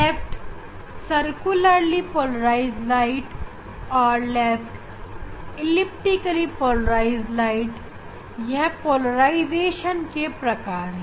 left circularly polarized प्रकाश और left elliptical polarized प्रकाश यह पोलराइजेशन के प्रकार हैं